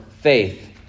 faith